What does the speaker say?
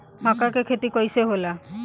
मका के खेती कइसे होला?